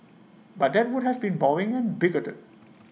but that would have been boring and bigoted